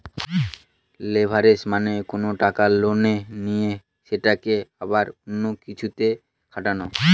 leverage মানে কোনো টাকা লোনে নিয়ে সেটাকে আবার অন্য কিছুতে খাটানো